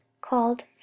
called